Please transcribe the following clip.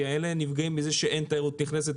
כי אלה נפגעים מכך שאין תיירות נכנסת